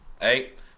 Eight